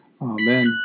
Amen